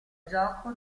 gioco